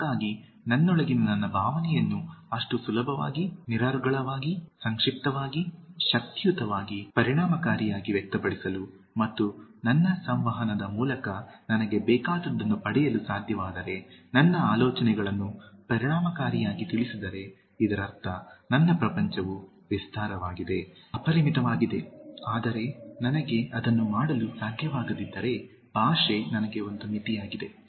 ಹಾಗಾಗಿ ನನ್ನೊಳಗಿನ ನನ್ನ ಭಾವನೆಯನ್ನು ಅಷ್ಟು ಸುಲಭವಾಗಿ ನಿರರ್ಗಳವಾಗಿ ಸಂಕ್ಷಿಪ್ತವಾಗಿ ಶಕ್ತಿಯುತವಾಗಿ ಪರಿಣಾಮಕಾರಿಯಾಗಿ ವ್ಯಕ್ತಪಡಿಸಲು ಮತ್ತು ನನ್ನ ಸಂವಹನದ ಮೂಲಕ ನನಗೆ ಬೇಕಾದುದನ್ನು ಪಡೆಯಲು ಸಾಧ್ಯವಾದರೆ ನನ್ನ ಆಲೋಚನೆಗಳನ್ನು ಪರಿಣಾಮಕಾರಿಯಾಗಿ ತಿಳಿಸಿದರೆ ಇದರರ್ಥ ನನ್ನ ಪ್ರಪಂಚವು ವಿಸ್ತಾರವಾಗಿದೆ ಅಪರಿಮಿತವಾಗಿದೆ ಆದರೆ ನನಗೆ ಅದನ್ನು ಮಾಡಲು ಸಾಧ್ಯವಾಗದಿದ್ದರೆ ಭಾಷೆ ನನಗೆ ಒಂದು ಮಿತಿಯಾಗಿದೆ